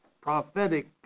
prophetic